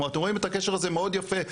אתם רואים את הקשר הזה מאוד יפה,